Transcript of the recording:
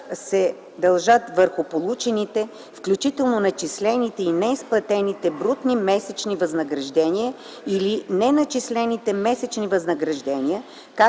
се дължат върху получените, включително начислените и неизплатените, брутни месечни възнаграждения или неначислените месечни възнаграждения,